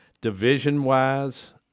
division-wise